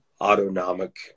autonomic